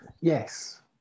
yes